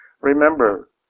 Remember